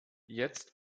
jetzt